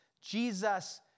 Jesus